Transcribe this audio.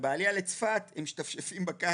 ובעלייה לצפת הם משתפשפים בקרקע.